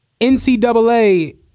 NCAA